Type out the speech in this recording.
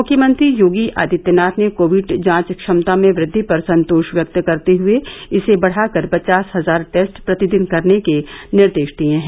मुख्यमंत्री योगी आदित्यनाथ ने कोविड जांच क्षमता में वृद्धि पर संतोष व्यक्त करते हुए इसे बढ़ाकर पचास हजार टेस्ट प्रतिदिन करने के निर्देश दिए हैं